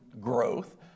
growth